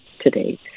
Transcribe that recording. today